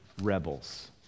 rebels